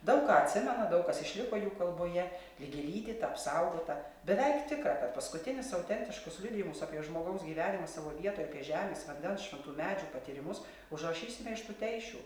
daug ką atsimena daug kas išliko jų kalboje lyg įlydyta apsaugota beveik tikra kad paskutinis autentiškus liudijimus apie žmogaus gyvenimą savo vietoj apie žemės vandens šventų medžių patyrimus užrašysime iš tuteišių